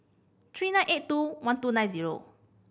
three nine eight two one two nine zero